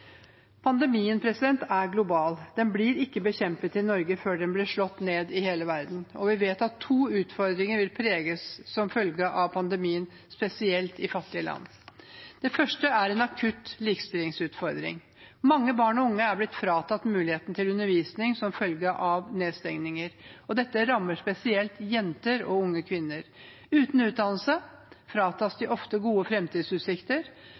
Pandemien er global. Den blir ikke bekjempet i Norge før den blir slått ned i hele verden. Vi vet at to utfordringer vil prege som følge av pandemien, spesielt i fattige land. Det første er en akutt likestillingsutfordring. Mange barn og unge er blitt fratatt muligheten til undervisning som følge av nedstengninger. Dette rammer spesielt jenter og unge kvinner. Uten utdannelse fratas de ofte gode